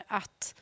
att